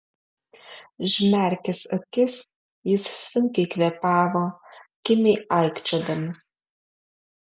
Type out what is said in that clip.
užmerkęs akis jis sunkiai kvėpavo kimiai aikčiodamas